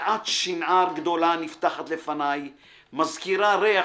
בקעת שנער גדולה נפתחת לפניי/ מזכירה ריח